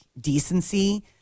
decency